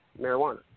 marijuana